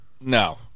No